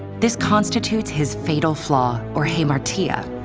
this constitutes his fatal flaw, or hamartia.